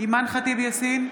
אימאן ח'טיב יאסין,